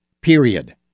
period